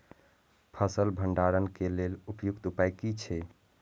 फसल भंडारण के लेल उपयुक्त उपाय कि छै?